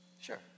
Sure